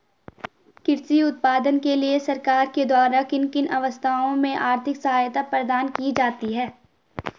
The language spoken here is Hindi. कृषि उत्पादन के लिए सरकार के द्वारा किन किन अवस्थाओं में आर्थिक सहायता प्रदान की जाती है?